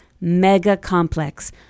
mega-complex